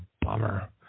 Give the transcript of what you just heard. bummer